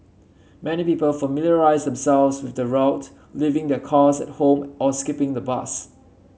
many people familiarised themselves with the route leaving their cars at home or skipping the bus